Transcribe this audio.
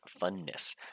funness